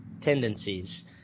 tendencies